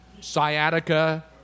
sciatica